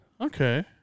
Okay